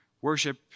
worship